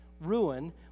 ruin